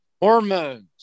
Hormones